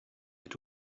like